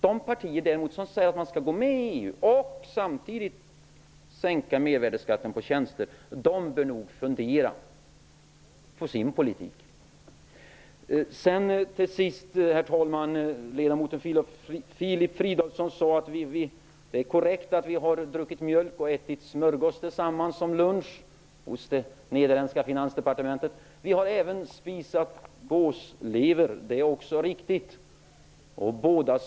De partier som säger att vi skall gå med i EU och samtidigt sänka mervärdesskatten på tjänster bör nog däremot fundera över sin politik. Till sist, herr talman: Ledamoten Filip Fridolfsson sade helt korrekt att vi har druckit mjölk och ätit smörgås tillsammans på en lunch hos det nederländska finansdepartementet. Det är också riktigt att vi även har spisat gåslever.